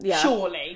surely